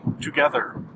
Together